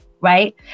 Right